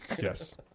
Yes